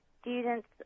students